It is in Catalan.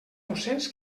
docents